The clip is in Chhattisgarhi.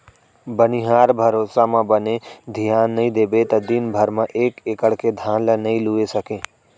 बनिहार भरोसा म बने धियान नइ देबे त दिन भर म एक एकड़ के धान ल नइ लूए सकें